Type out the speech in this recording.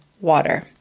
water